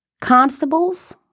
constables